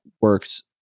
works